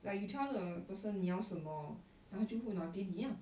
like you tell the person 你要什么 then 他就会拿给你啊